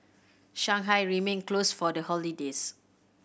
Shanghai remained closed for the holidays